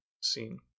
scene